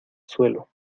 suelo